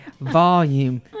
volume